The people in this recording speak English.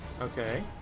Okay